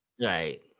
Right